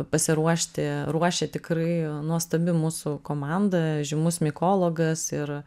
pasiruošti ruošia tikrai nuostabi mūsų komanda žymus mikologas ir